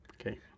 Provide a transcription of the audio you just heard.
Okay